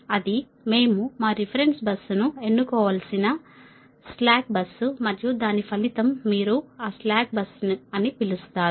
అది మేము మా రిఫరెన్స్ బస్సును ఎన్నుకోవలసిన స్లాక్ బస్సు మరియు దాని ఫలితం మీరు ఆ స్లాక్ బస్సు అని పిలుస్తారు